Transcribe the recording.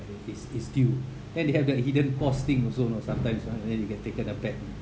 is is due then they have that hidden post thing also you know sometimes ah and then then you can take them back